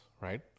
right